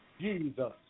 Jesus